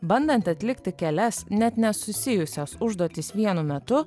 bandant atlikti kelias net nesusijusias užduotis vienu metu